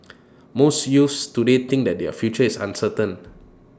most youths today think that their future is uncertain